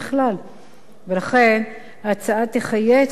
לכן ההצעה תחיה את חוק שכר שווה,